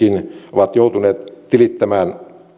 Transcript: ovat joutuneet tilittämään